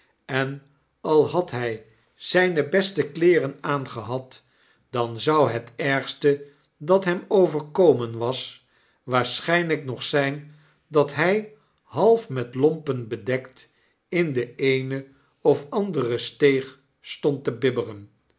en al had hij zijne beste kleeren aangehad dan zou het ergste dat hem overkomen was waarschijnlijk nog zijn dat hij half met lompen bedekt in de eene of andere steeg stond te bibberen